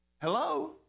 Hello